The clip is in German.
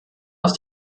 aus